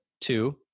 Two